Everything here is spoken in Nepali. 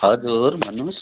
हजुर भन्नु होस्